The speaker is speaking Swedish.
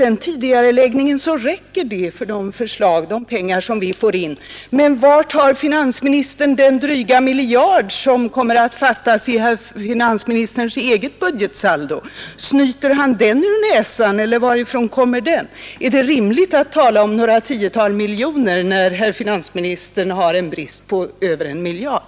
Den tidigareläggningen räcker för att få in de pengar som behövs. Men var tar finansministern den dryga miljard som kommer att fattas i finansministerns eget budgetsaldo? Snyter han den ur näsan eller varifrån kommer den? Är det rimligt att argumentera om några tiotal miljoner, när herr finansministern själv har en brist på över en miljard?